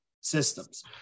systems